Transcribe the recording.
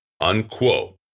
Unquote